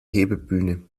hebebühne